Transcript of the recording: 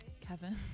Kevin